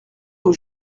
aux